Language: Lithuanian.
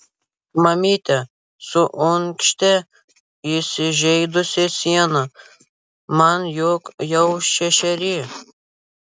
mamyte suunkštė įsižeidusi siena man juk jau šešeri